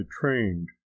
trained